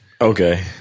Okay